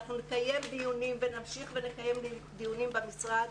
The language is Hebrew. אנחנו נקיים דיונים ונמשיך ונקיים דיונים במשרד.